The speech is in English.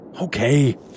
Okay